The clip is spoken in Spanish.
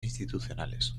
institucionales